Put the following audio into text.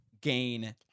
gain